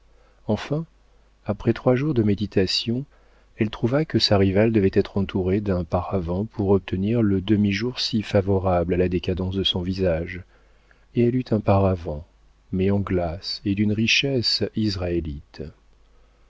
enfin après trois jours de méditations elle trouva que sa rivale devait être entourée d'un paravent pour obtenir le demi-jour si favorable à la décadence de son visage et elle eut un paravent mais en glaces et d'une richesse israélite